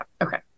Okay